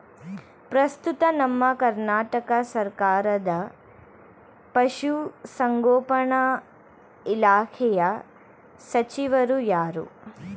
ಪ್ರಸ್ತುತ ನಮ್ಮ ಕರ್ನಾಟಕ ಸರ್ಕಾರದ ಪಶು ಸಂಗೋಪನಾ ಇಲಾಖೆಯ ಸಚಿವರು ಯಾರು?